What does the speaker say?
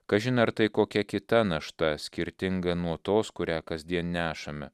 kažin ar tai kokia kita našta skirtinga nuo tos kurią kasdien nešame